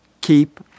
keep